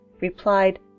replied